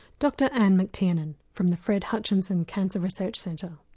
dr anne mctiernan from the fred hutchinson cancer research center.